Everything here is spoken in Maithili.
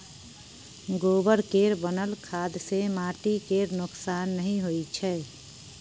गोबर केर बनल खाद सँ माटि केर नोक्सान नहि होइ छै